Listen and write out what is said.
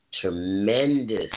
tremendous